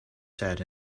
said